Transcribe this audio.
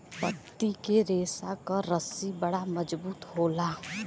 पत्ती के रेशा क रस्सी बड़ा मजबूत होला